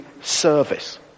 service